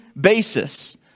basis